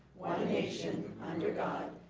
nation under god,